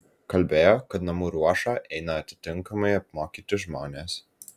kalbėjo kad namų ruošą eina atitinkamai apmokyti žmonės